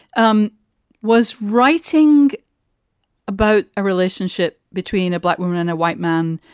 um was writing about a relationship between a black woman and a white man,